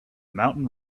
mountain